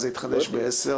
אז זה יתחדש ב-10:00.